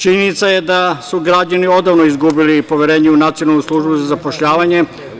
Činjenica je da su građani odavno izgubili poverenje u Nacionalnu službu za zapošljavanje.